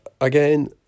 Again